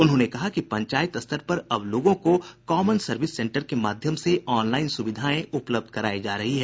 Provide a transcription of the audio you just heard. उन्होंने कहा कि पंचायत स्तर पर अब लोगों को कॉमन सर्विस सेंटर के माध्यम से ऑनलाइन सुविधाएं उपलब्ध करायी जा रही है